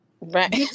Right